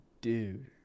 Dude